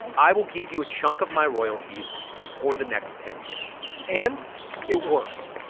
i will give you a chunk of my royalties for the next ten years and it worked.